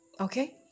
okay